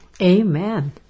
Amen